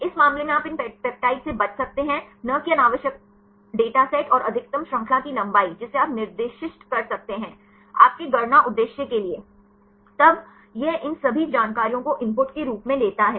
इस मामले में आप इन पेप्टाइड्स से बच सकते हैं न कि अनावश्यक डेटा सेट और अधिकतम श्रृंखला की लंबाई जिसे आप निर्दिष्ट कर सकते हैं आपके गणना उद्देश्य के लिए तब यह इन सभी जानकारियों को इनपुट के रूप में लेता है